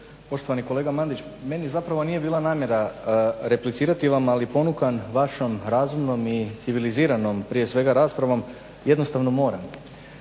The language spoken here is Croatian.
poštovani kolega Mandić meni zapravo nije bila namjera replicirati vam, ali ponukan vašom razumnom i civiliziranom prije svega raspravom jednostavno moram.